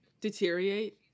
deteriorate